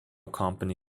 company